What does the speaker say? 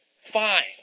fine